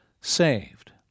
saved